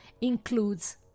includes